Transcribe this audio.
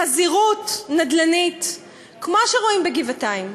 לחזירות נדל"נית כמו שרואים בגבעתיים,